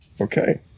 Okay